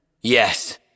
Yes